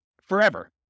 forever